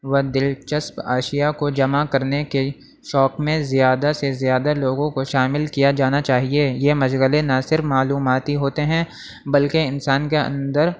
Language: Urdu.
و دلچسپ اشیا کو جمع کرنے کے شوق میں زیادہ سے زیادہ لوگوں کو شامل کیا جانا چاہیے یہ مشغلے نا صرف معلوماتی ہوتے ہیں بلکہ انسان کے اندر